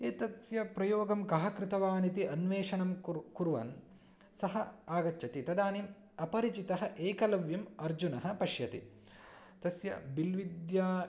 एतस्य प्रयोगं कः कृतवान् इति अन्वेषणं कुर्वन् कुर्वन् सः आगच्छति तदानीम् अपरिचितम् एकलव्यम् अर्जुनः पश्यति तस्य बिल्विद्या